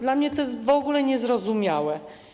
Dla mnie to jest w ogóle niezrozumiałe.